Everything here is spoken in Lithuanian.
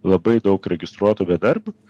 labai daug registruotų bedarbių